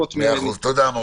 תודה.